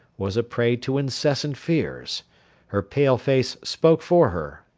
was a prey to incessant fears her pale face spoke for her,